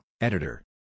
editor